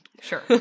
Sure